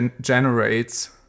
generates